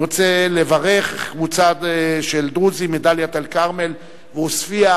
אני רוצה לברך קבוצה של דרוזים מדאלית-אל-כרמל ועוספיא,